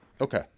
okay